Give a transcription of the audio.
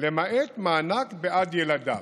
למעט מענק בעד ילדיו.